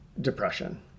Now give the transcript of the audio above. depression